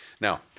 Now